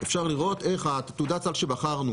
אפשר לראות איך תעודת הסל שבחרנו,